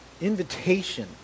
invitation